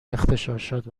اغتشاشات